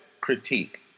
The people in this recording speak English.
critique